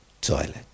toilet